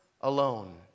alone